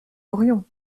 horion